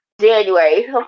January